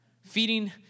feeding